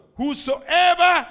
Whosoever